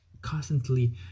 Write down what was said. constantly